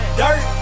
dirt